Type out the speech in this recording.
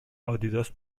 آدیداس